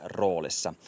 roolissa